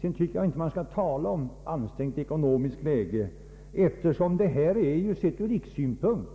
Jag tycker då inte att vi bör tala om ansträngt ekonomiskt läge, eftersom det är ur rikssynpunkt